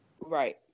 Right